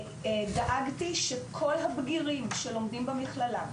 דאגתי שכל הבגירים שלומדים במכללה,